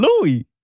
Louis